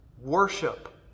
worship